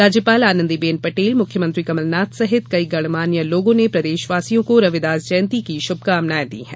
राज्यपाल आनंदीबेन पटेल मुख्यमंत्री कमलनाथ सहित कई गणमान्य लोगों ने प्रदेशवासियों को रविदास जयंती की शुभकामनाएं दी हैं